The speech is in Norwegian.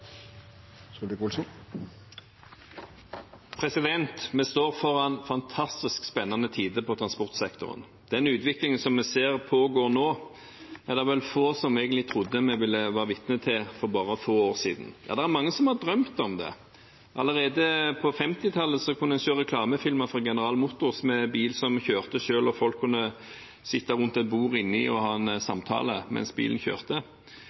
Vi står foran fantastisk spennende tider i transportsektoren. Den utviklingen vi ser pågår nå, er det vel få som egentlig trodde vi ville være vitne til for bare få år siden. Ja, det er mange som har drømt om det. Allerede på 1950-tallet kunne man se reklamefilmer fra General Motors med en bil som kjørte selv, der folk satt rundt et bord inni og hadde en samtale mens bilen kjørte.